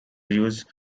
used